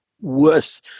worse